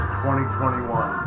2021